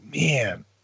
man